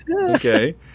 Okay